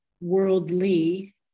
worldly